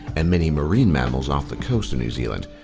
and many marine mammals off the coast of new zealand,